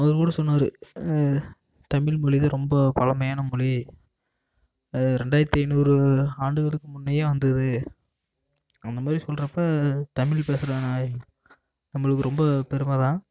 அவர் கூட சொன்னார் தமிழ் மொழி தான் ரொம்ப பழமையான மொழி அது ரெண்டாயிரத்தி ஐநூறு ஆண்டுகளுக்கு முன்னே வந்தது அந்த மாதிரி சொல்றப்போ தமிழ் பேசுகிற நம்மளுக்கு ரொம்ப பெருமை தான்